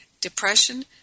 depression